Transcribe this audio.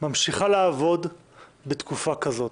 ממשיכה לעבוד בתקופה כזאת.